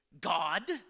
God